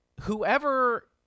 whoever